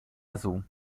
azul